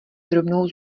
drobnou